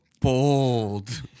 Bold